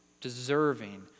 deserving